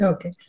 Okay